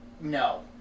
No